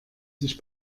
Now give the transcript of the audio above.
sich